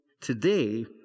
today